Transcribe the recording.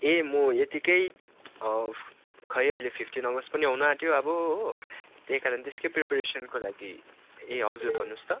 ए म यतिकै खै अहिले फिफ्टिन अगस्ट पनि आउनु आँट्यो अब हो त्यही काराण त्यसकै प्रिपरेसनको लागि ए हजुर भन्नुहोस् त